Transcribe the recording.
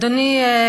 אדוני,